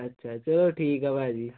ਚਲੋ ਠੀਕ ਆ ਚਲੋ ਠੀਕ ਆ ਭਾਅ ਜੀ